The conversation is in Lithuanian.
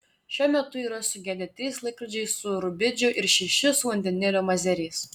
šiuo metu yra sugedę trys laikrodžiai su rubidžio ir šeši su vandenilio mazeriais